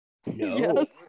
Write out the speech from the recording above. Yes